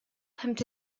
pimped